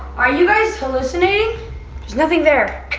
are you guys hallucinating? there's nothing there.